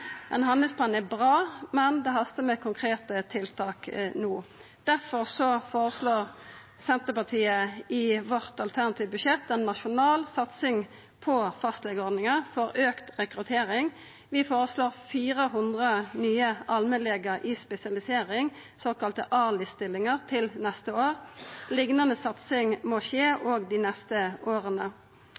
Ein handlingsplan er bra, men det hastar med konkrete tiltak no. Derfor føreslår Senterpartiet i sitt alternative budsjett ei nasjonal satsing på fastlegeordninga for auka rekruttering. Vi føreslår 400 nye allmennlegar i spesialisering, såkalla ALIS-stillingar, til neste år. Liknande satsing må skje òg dei neste åra.